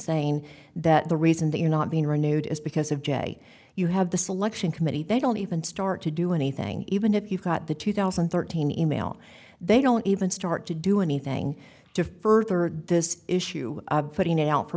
saying that the reason that you're not being renewed is because of j you have the selection committee they don't even start to do anything even if you've got the two thousand and thirteen e mail they don't even start to do anything to further this issue putting it out for